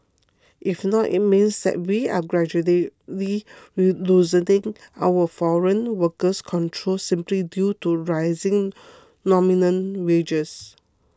if not it means that we are gradually loosening our foreign worker controls simply due to rising nominal wages